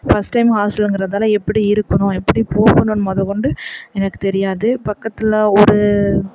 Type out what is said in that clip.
first time ஹாஸ்டலுங்கறதால் எப்படி இருக்கணும் எப்படி போகணுன்னு மொதல்கொண்டு எனக்கு தெரியாது பக்கத்தில் ஒரு